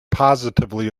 positively